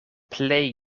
plej